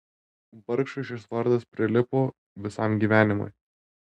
vargšui šis vardas prilipo visam gyvenimui